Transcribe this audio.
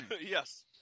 Yes